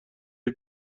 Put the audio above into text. این